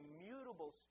immutable